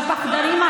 פחדנים.